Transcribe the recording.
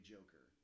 Joker